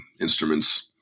instruments